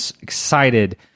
excited